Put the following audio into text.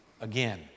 again